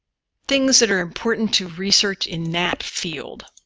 things that are important to research in that field.